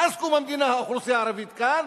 מאז קום המדינה האוכלוסייה הערבית כאן,